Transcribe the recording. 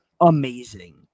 amazing